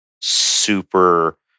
super